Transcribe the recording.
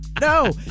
No